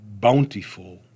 bountiful